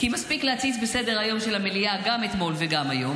כי מספיק להציץ בסדר-היום של המליאה גם אתמול וגם היום